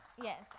yes